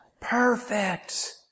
perfect